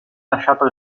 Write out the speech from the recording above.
lasciato